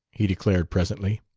he declared presently.